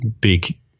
big